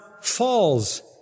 falls